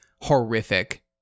horrific